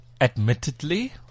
Admittedly